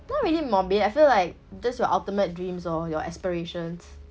not really morbid I feel like just your ultimate dreams orh your aspirations